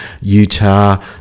Utah